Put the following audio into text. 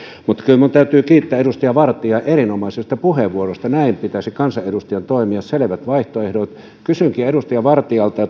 kyllä minun täytyy kiittää edustaja vartiaa erinomaisesta puheenvuorosta näin pitäisi kansanedustajan toimia on selvät vaihtoehdot kysynkin edustaja vartialta